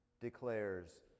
declares